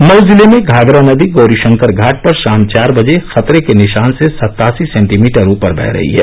मऊ जिले में घाघरा नदी गौरीशंकर घाट पर शाम चार बजे खतरे के निशान से सत्तासी सेंटीमीटर ऊपर वह रही है